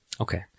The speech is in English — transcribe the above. Okay